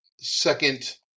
second